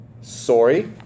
sorry